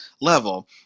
level